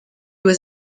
was